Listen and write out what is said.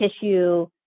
tissue